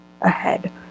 ahead